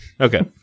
Okay